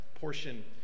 portion